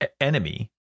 enemy